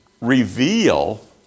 reveal